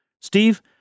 Steve